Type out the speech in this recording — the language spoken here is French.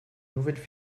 nouvelles